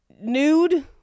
nude